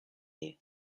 you